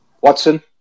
Watson